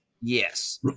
Yes